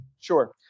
Sure